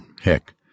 Heck